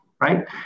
right